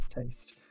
taste